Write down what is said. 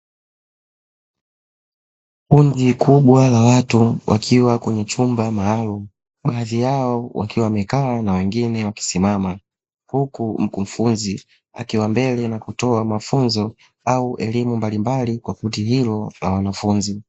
Kundi kubwa la watu wakiwa kwenye chumba maalumu, baadhi yao wakiwa wamekaa na wengine wakisimama, huku mkufunzi akiwa mbele na kutoa mafunzo au elimu mbalimbali kwa kundi hilo la wanafunzi.